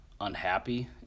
unhappy